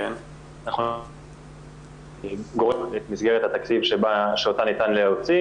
אנחנו --- את מסגרת התקציב שאותה ניתן להוציא.